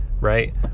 right